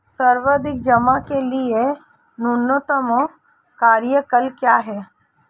सावधि जमा के लिए न्यूनतम कार्यकाल क्या है?